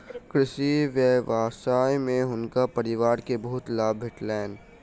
कृषि व्यवसाय में हुनकर परिवार के बहुत लाभ भेटलैन